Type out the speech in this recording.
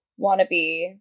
wannabe